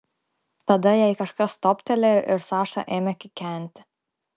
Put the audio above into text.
tada jai kažkas toptelėjo ir saša ėmė kikenti